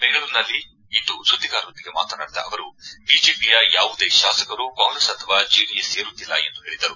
ಬೆಂಗಳೂರಿನಲ್ಲಿಂದು ಸುದ್ದಿಗಾರರೊಂದಿಗೆ ಮಾತನಾಡಿದ ಅವರು ಬಿಜೆಪಿಯ ಯಾವುದೇ ಶಾಸಕರು ಕಾಂಗ್ರೆಸ್ ಅಥವಾ ಜೆಡಿಎಸ್ ಸೇರುತ್ತಿಲ್ಲ ಎಂದು ಹೇಳಿದರು